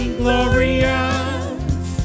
glorious